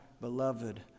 beloved